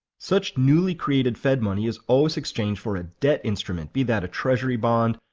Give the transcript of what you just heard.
such newly created fed money is always exchanged for a debt instrument, be that a treasury bond,